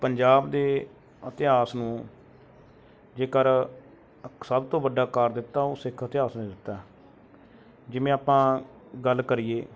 ਪੰਜਾਬ ਦੇ ਇਤਿਹਾਸ ਨੂੰ ਜੇਕਰ ਸਭ ਤੋਂ ਵੱਡਾ ਆਕਾਰ ਦਿੱਤਾ ਉਹ ਸਿੱਖ ਇਤਿਹਾਸ ਨੇ ਦਿੱਤਾ ਜਿਵੇਂ ਆਪਾਂ ਗੱਲ ਕਰੀਏ